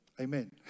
Amen